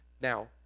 Now